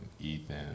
Ethan